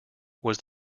was